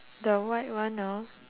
the white one hor